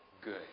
good